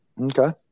Okay